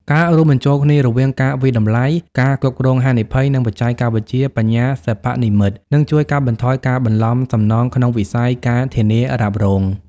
ការរួមបញ្ចូលគ្នារវាងការវាយតម្លៃ ការគ្រប់គ្រងហានិភ័យ និងបច្ចេកវិទ្យាបញ្ញាសិប្បនិម្មិត នឹងជួយកាត់បន្ថយការបន្លំសំណងក្នុងវិស័យ ការធានារ៉ាប់រង។